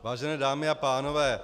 Vážené dámy a pánové